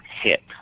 hit